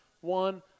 one